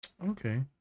Okay